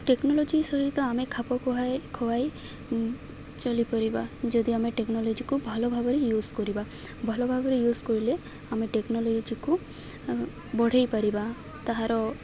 technology ସହିତ ଆମେ ଖାପ ଖୁଆଇ ଖୁଆଇ ଚଳିପାରିବା ଯଦି ଆମେ ଟେକ୍ନୋଲୋଜିକୁ ଭଲ ଭାବରେ ୟୁଜ୍ କରିବା ଭଲ ଭାବରେ ୟୁଜ୍ କରିଲେ ଆମେ ଟେକ୍ନୋଲୋଜିକୁ ବଢ଼ାଇ ପାରିବା ତାହାର